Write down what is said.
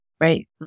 right